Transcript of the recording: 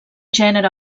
gènere